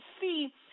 see